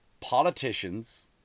politicians